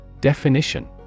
Definition